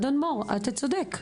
אדון מור, אתה צודק.